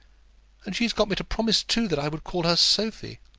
and she has got me to promise too that i would call her sophie!